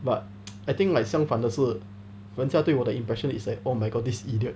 but I think like 相反的是人家对我的 impression is like oh my god this idiot